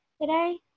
today